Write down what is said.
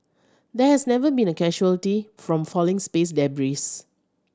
there has never been a casualty from falling space debris